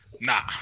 Nah